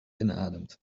inademt